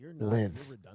live